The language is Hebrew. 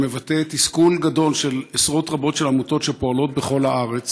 שמבטא תסכול גדול של עשרות רבות של עמותות שפועלות בכל הארץ